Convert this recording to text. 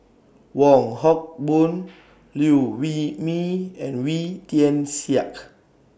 Wong Hock Boon Liew Wee Mee and Wee Tian Siak